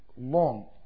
long